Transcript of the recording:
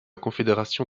confédération